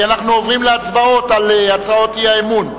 כי אנחנו עוברים להצבעות על הצעות האי-אמון.